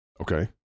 Okay